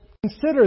Consider